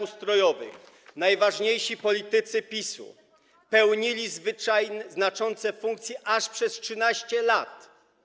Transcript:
ustrojowych najważniejsi politycy PiS pełnili znaczące funkcje aż przez 13 lat.